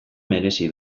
merezi